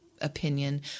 opinion